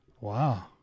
Wow